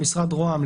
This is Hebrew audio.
או משרד ראש הממשלה,